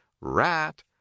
Rat